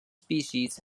species